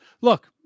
look